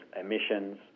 emissions